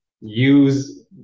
use